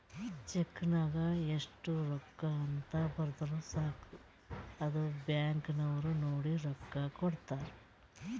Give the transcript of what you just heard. check ನಾಗ್ ಎಸ್ಟ್ ರೊಕ್ಕಾ ಅಂತ್ ಬರ್ದುರ್ ಸಾಕ ಅದು ಬ್ಯಾಂಕ್ ನವ್ರು ನೋಡಿ ರೊಕ್ಕಾ ಕೊಡ್ತಾರ್